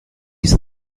ist